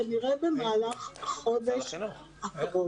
כנראה במהלך החודש הקרוב.